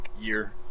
year